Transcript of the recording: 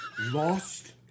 lost